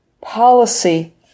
policy